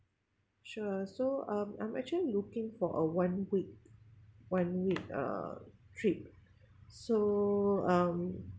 sure so um I'm actually looking for a one week one week uh trip so um